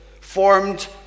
Formed